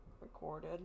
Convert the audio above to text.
recorded